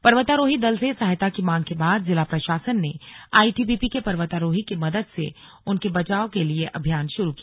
पर्वतारोही दल से सहायता की मांग के बाद जिला प्रशासन ने आईटीबीपी के पर्वतारोही की मदद से उनके बचाव के लिए अभियान शुरु किया